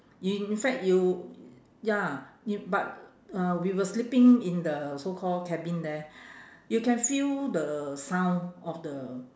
in fact you ya y~ but uh we were sleeping in the so call cabin there you can feel the sound of the